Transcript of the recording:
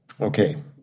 Okay